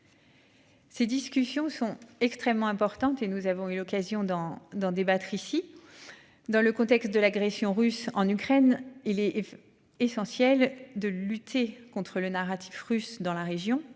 Ces discussions sont extrêmement importantes et nous avons eu l'occasion d'en d'en débattre ici. Dans le contexte de l'agression russe en Ukraine, il est. Essentiel de lutter contre le narratif russe dans la région.